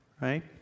right